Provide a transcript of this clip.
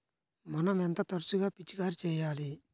మనం ఎంత తరచుగా పిచికారీ చేయాలి?